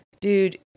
dude